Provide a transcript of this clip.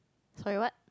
sorry what